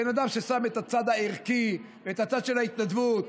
בן אדם ששם את הצד הערכי ואת הצד של ההתנדבות,